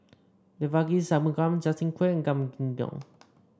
Devagi Sanmugam Justin Quek and Gan Kim Yong